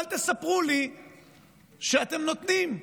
אל תספרו לי שאתם נותנים,